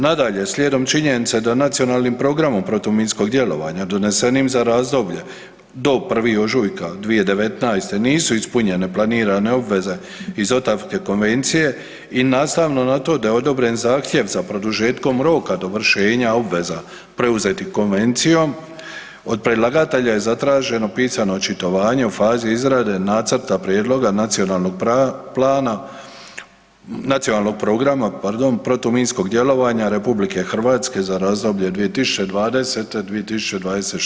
Nadalje, slijedom činjenice da Nacionalnim programom protuminskog djelovanja donesenim za razdoblje do 1. ožujka 2019. nisu ispunjene planirane obveze iz Otavske konvencije i nastavno na to da je odobren zahtjev za produžetkom roka dovršenja obveza preuzetih konvencijom od predlagatelja je zatraženo pisano očitovanje o fazi izrade nacrta prijedlog nacionalnog plana, nacionalnog programa, pardon, protuminskog djelovanja RH za razdoblje 2020.-2026.